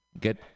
get